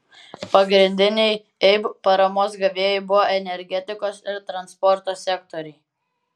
pagrindiniai eib paramos gavėjai buvo energetikos ir transporto sektoriai